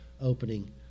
opening